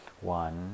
One